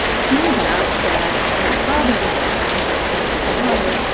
turns out that his father was the one who wanted him to be a lawyer,